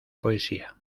poesía